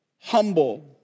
humble